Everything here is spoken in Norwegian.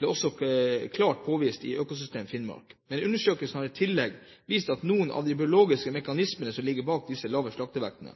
ble også klart påvist i Økosystem Finnmark. Men undersøkelsen har i tillegg vist noen av de biologiske mekanismene som ligger bak de lave slaktevektene.